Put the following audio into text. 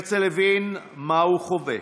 הרצל הבין מה הוא חווה,